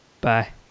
bye